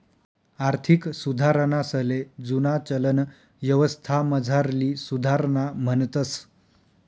आर्थिक सुधारणासले जुना चलन यवस्थामझारली सुधारणा म्हणतंस